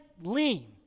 lean